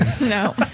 No